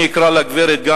ואני אקרא לה גברת,